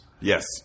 Yes